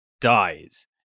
dies